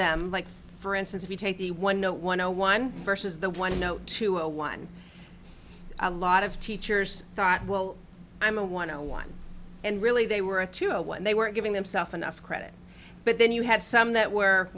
them like for instance if you take the one no one no one versus the one no to a one a lot of teachers thought well i'm a want to one and really they were two and they were giving themself enough credit but then you had some that were